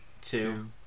two